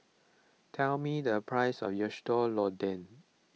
tell me the price of Sayur Lodeh